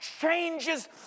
changes